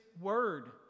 Word